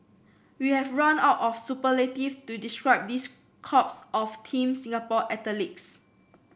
we have run out of superlative to describe this crops of Team Singapore athletes